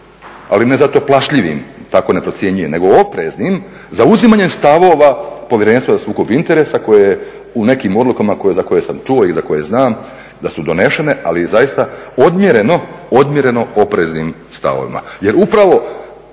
ali ne zato plašljivim, tako ne procjenjuje, nego opreznim zauzimanjem stavova Povjerenstva za sukob interesa koje je u nekim odlukama za koje sam čuo i za koje znam da su donešene, ali i zaista odmjereno opreznim stavovima.